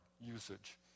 usage